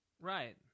Right